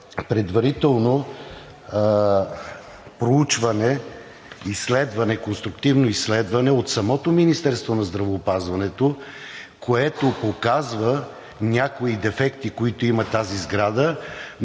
предварително проучване – конструктивно изследване, от самото Министерство на здравеопазването. То показва някои дефекти, които има тази сграда,